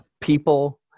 people